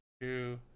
two